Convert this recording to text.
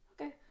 okay